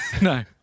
No